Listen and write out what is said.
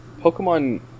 Pokemon